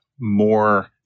more